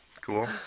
cool